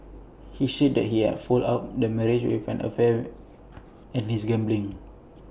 he said that he had fouled up their marriage with an affair and his gambling